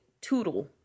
Toodle